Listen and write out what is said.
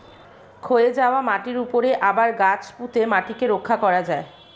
ক্ষয়ে যাওয়া মাটির উপরে আবার গাছ পুঁতে মাটিকে রক্ষা করা যায়